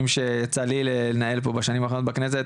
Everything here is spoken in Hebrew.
שיצא לי לנהל פה בשנים האחרונות בכנסת,